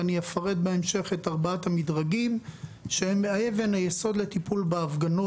ואני אפרט בהמשך את ארבעת המדרגים שהם אבן היסוד לטיפול בהפגנות.